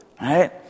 right